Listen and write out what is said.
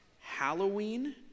Halloween